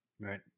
right